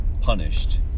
punished